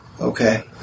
okay